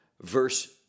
Verse